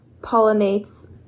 pollinates